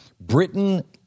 Britain